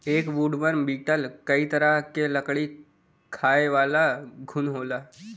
एक woodworm beetle कई तरह क लकड़ी खायेवाला घुन होला